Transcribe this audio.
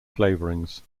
flavourings